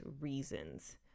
reasons